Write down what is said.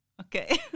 Okay